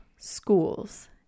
schools